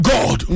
God